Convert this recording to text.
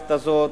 במערכת הזו,